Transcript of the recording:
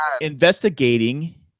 investigating